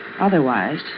Otherwise